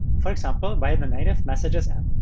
for example by the native messages app.